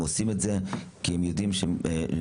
הם עושים את זה מאחר והם יודעים שכך הם